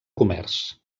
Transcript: comerç